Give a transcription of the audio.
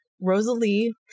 rosalie